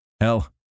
Hell